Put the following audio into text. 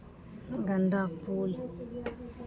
गेन्दा फूल